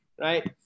right